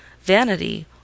Vanity